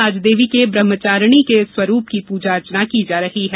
आज देवी के ब्रहमचारिणी के स्वरूप की पूजा अर्चना की जा रही है